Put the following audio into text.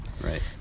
Right